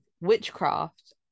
witchcraft